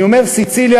אני אומר סיציליה,